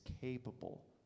capable